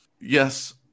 Yes